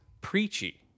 preachy